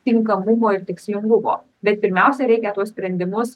tinkamumo ir tikslingumo bet pirmiausia reikia tuos sprendimus